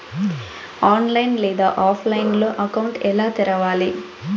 online లేదా ఆఫ్లైన్లో account ఎలా తెరవాలి